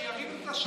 שירימו את השלטר.